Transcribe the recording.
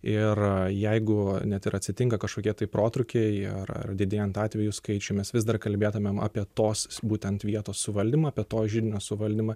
ir jeigu net ir atsitinka kažkokie tai protrūkiai ar ar didėjant atvejų skaičiui mes vis dar kalbėtumėm apie tos būtent vietos suvaldymą apie to židinio suvaldymą